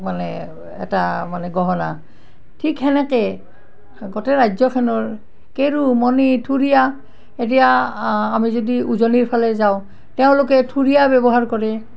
মানে এটা মানে গহনা ঠিক সেনেকেই গোটেই ৰাজ্যখেনৰ কেৰু মণি থুৰীয়া এতিয়া আমি যদি উজনিৰ ফালে যাওঁ তেওঁলোকে থুৰীয়া ব্যৱহাৰ কৰে